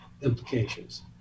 implications